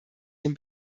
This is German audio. dem